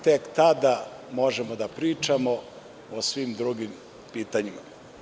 Tek tada možemo da pričamo o svim drugim pitanjima.